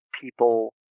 people